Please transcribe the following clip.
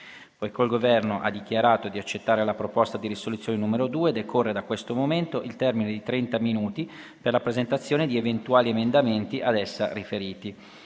Poiché il Governo ha dichiarato di accettare la proposta di risoluzione n. 2, decorre da questo momento il termine di trenta minuti per la presentazione di eventuali emendamenti ad essa riferiti.